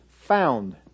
found